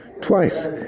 twice